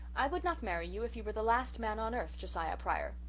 i would not marry you if you were the last man on earth, josiah pryor.